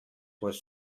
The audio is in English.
was